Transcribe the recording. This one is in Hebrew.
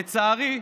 לצערי,